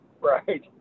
Right